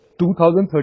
2013